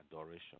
adoration